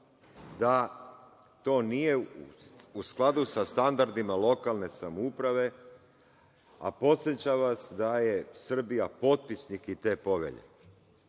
da to nije u skladu sa standardima lokalne samouprave, a podsećam vam da se Srbija potpisnik te povelje